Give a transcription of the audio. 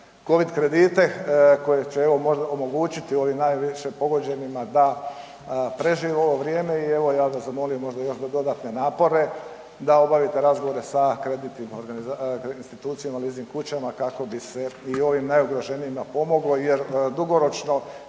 „Covid kredite“ koji će, evo, možda omogućiti ovim najviše pogođenima da prežive ovo vrijeme i evo, ja bih vas zamolio možda još za dodatne napore da obavite razgovore sa kreditnim institucijama, leasing kućama, kako bi se i ovim najugroženijima pomoglo jer dugoročno